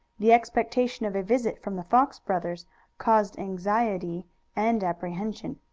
the expectation of a visit from the fox brothers caused anxiety and apprehension.